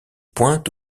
pointe